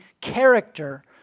character